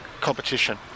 competition